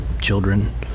children